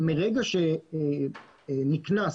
מרגע שנקנס